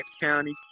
County